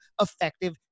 effective